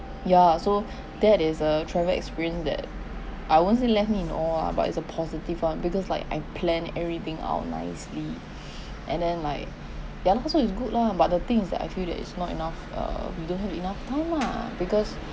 ya so that is a travel experience that I won't say left me in owe lah but it's a positive one because like I plan everything out nicely and then like ya lah so is good lah but the thing is that I feel that is not enough err we don't have enough time lah because